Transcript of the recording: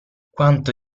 quanto